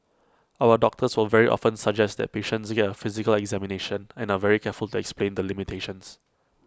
our doctors will very often suggest that patients get A physical examination and are very careful to explain the limitations